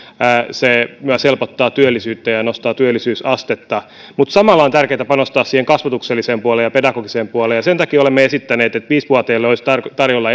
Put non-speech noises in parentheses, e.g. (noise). se myös helpottaa työllisyyttä ja ja nostaa työllisyysastetta samalla on tärkeää panostaa siihen kasvatukselliseen puoleen ja pedagogiseen puoleen ja sen takia olemme esittäneet että viisi vuotiaille olisi tarjolla (unintelligible)